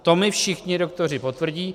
To mi všichni doktoři potvrdí.